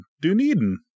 Dunedin